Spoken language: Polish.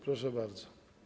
Proszę bardzo.